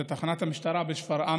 בתחנת המשטרה בשפרעם